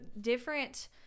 different